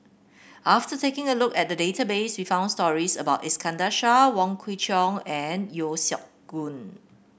after taking a look at the database we found stories about Iskandar Shah Wong Kwei Cheong and Yeo Siak Goon